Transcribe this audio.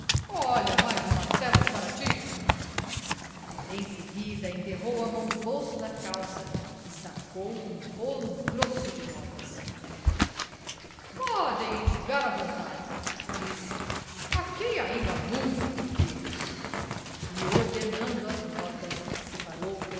olha mais um martelo de parati em seguida enterrou a mão no bolso da calça e sacou um rolo grosso de notas podem enxugar à vontade disse aqui ainda há muito com quê e ordenando as notas separou